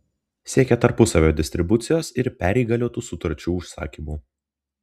siekia tarpusavio distribucijos ir perįgaliotų sutarčių užsakymų